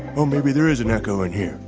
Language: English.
maybe there is an echo in here.